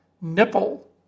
Nipple